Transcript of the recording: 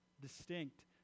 distinct